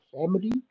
family